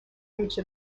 reached